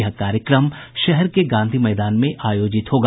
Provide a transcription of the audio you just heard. यह कार्यक्रम शहर के गांधी मैदान में आयोजित होगा